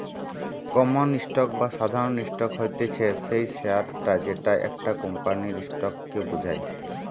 common stock বা সাধারণ stock হতিছে সেই শেয়ারটা যেটা একটা কোম্পানির স্টক কে বোঝায়